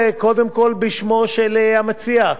בשמו של המציע,